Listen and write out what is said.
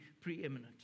preeminent